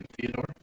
Theodore